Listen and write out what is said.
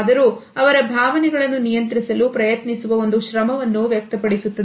ಆದರೂ ಅವರ ಭಾವನೆಗಳನ್ನು ನಿಯಂತ್ರಿಸಲು ಪ್ರಯತ್ನಿಸುವ ಒಂದು ಶ್ರಮವನ್ನು ವ್ಯಕ್ತಪಡಿಸುತ್ತದೆ